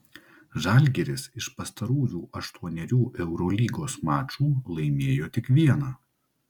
žalgiris iš pastarųjų aštuonerių eurolygos mačų laimėjo tik vieną